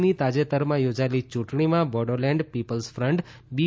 ની તાજેતરમાં યોજાયેલી યૂંટણીમાં બોડોલેન્ડ પિપલ્સ ફ્રન્ટ બી